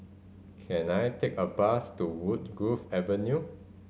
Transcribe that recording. can I take a bus to Woodgrove Avenue